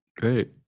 great